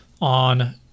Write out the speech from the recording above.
on